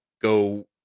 go